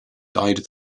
died